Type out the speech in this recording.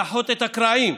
לאחות את הקרעים?